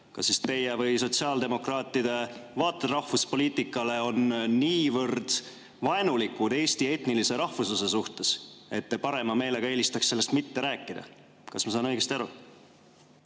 et kas teie või sotsiaaldemokraatide vaated rahvuspoliitikale on niivõrd vaenulikud Eesti etnilise rahvusluse suhtes, et te parema meelega eelistate sellest mitte rääkida. Kas ma saan õigesti aru?